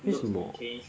为什么